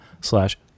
slash